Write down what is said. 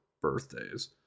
birthdays